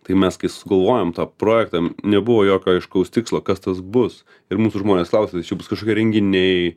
tai mes kai sugalvojom tą projektą nebuvo jokio aiškaus tikslo kas tas bus ir mūsų žmonės klausia čia bus kažkokie renginiai